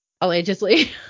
allegedly